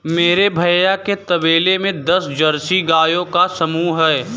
मेरे भैया के तबेले में दस जर्सी गायों का समूह हैं